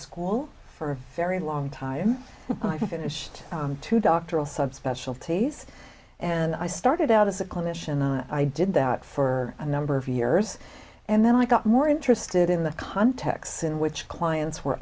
school for a very long time i finished two doctoral subspecialties and i started out as a clinician i did that for a number of years and then i got more interested in the context in which clients were